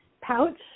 pouch